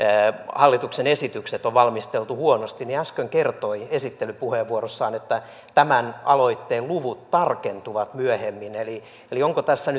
hallituksen esitykset on valmisteltu huonosti äsken kertoi esittelypuheenvuorossaan että tämän aloitteen luvut tarkentuvat myöhemmin eli eli onko tässä